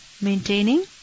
maintaining